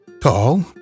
tall